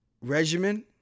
regimen